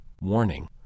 Warning